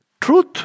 truth